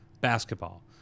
basketball